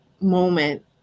moment